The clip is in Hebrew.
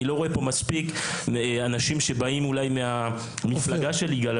לא רואה פה מספיק אנשים שבאים מהמפלגה של יגאל אלון.